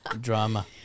drama